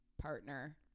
partner